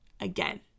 again